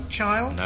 child